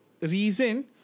reason